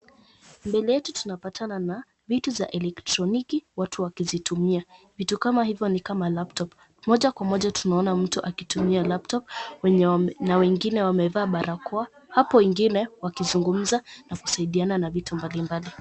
Mbele yetu tunapatana na vitu za elektroniki watu wakizitumia, vitu kama hivyo ni laptop . Moja kwa moja tunaona mtu akitumia laptop na wengine wamevaa barakoa hapo wengine wakizungumza na kusaidiana na vitu mbalimbali.